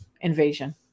invasion